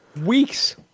Weeks